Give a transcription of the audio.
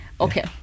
Okay